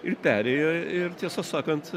ir perėjo ir tiesą sakant